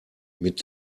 mit